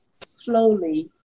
slowly